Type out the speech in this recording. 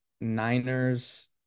Niners